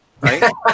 right